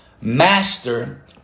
master